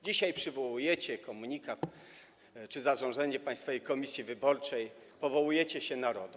Dzisiaj przywołujecie komunikat czy zarządzenie Państwowej Komisji Wyborczej, powołujecie się na RODO.